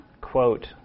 quote